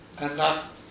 Enough